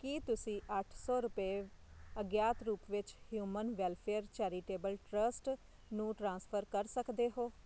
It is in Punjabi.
ਕੀ ਤੁਸੀਂਂ ਅੱਠ ਸੌ ਰੁਪਏ ਅਗਿਆਤ ਰੂਪ ਵਿੱਚ ਹਿਊਮਨ ਵੈਲਫ਼ੇਅਰ ਚੈਰਿਟੇਬਲ ਟਰੱਸਟ ਨੂੰ ਟ੍ਰਾਂਸਫਰ ਕਰ ਸਕਦੇ ਹੋ